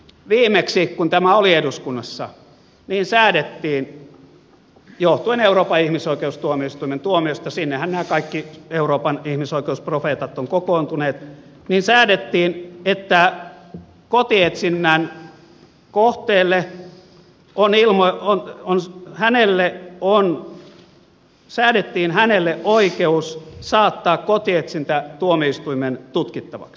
viimeksi kun tämä oli eduskunnassa johtuen euroopan ihmisoikeustuomioistuimen tuomiosta sinnehän nämä kaikki euroopan ihmisoikeusprofeetat ovat kokoontuneet säädettiin että kotietsinnän kohteella on oikeus saattaa kotietsintä tuomioistuimen tutkittavaksi